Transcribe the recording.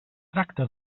tracta